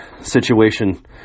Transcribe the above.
situation